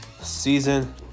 season